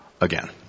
again